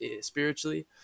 spiritually